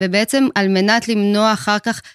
ובעצם על מנת למנוע אחר כך.